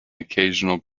occasional